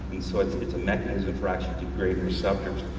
and so it's it's a mechanism for actually degrading receptors.